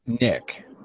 Nick